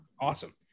Awesome